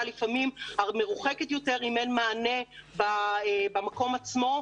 ולפעמים בתעשייה מרוחקת יותר אם אין מענה במקום עצמו,